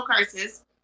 curses